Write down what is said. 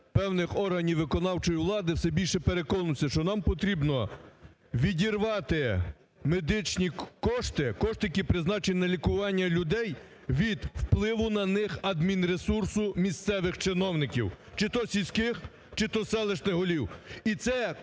певних органів виконавчої влади, все більше переконуємося, що нам потрібно відірвати медичні кошти, кошти, які призначені на лікування людей, від впливу на них адмінресурсу місцевих чиновників, чи то сільських, чи то селищних голів.